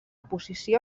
posició